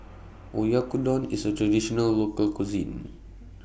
Oyakodon IS A Traditional Local Cuisine